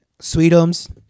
Sweetums